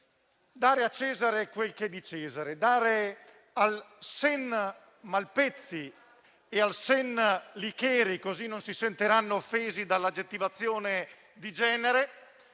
dare a Cesare quel che è di Cesare e dare al "sen" Malpezzi e al "sen" Licheri - così non si sentiranno offesi dall'aggettivazione di genere